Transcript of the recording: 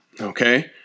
Okay